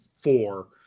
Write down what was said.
four